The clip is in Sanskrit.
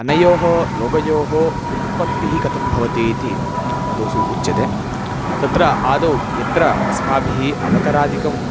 अनयोः रोगयोः उत्पत्तिः कथं भवति इति आदौ सु उच्यते तत्र आदौ यत्र अस्माभिः अवकरादिकं